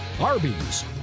Arby's